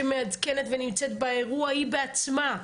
שמעדכנת ונמצאת באירוע היא בעצמה.